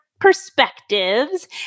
perspectives